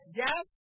yes